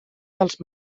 dels